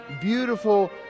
beautiful